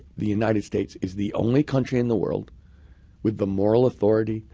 the united states is the only country in the world with the moral authority,